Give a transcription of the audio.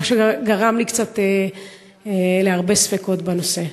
מה שגרם לי להרבה ספקות בנושא.